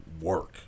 work